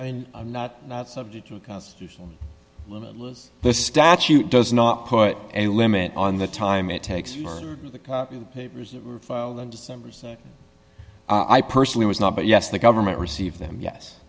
i mean i'm not not subject to the constitution limitless the statute does not put a limit on the time it takes for the papers that were filed in december so i personally was not but yes the government receive them yes